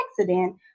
accident